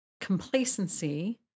complacency